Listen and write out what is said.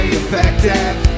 effective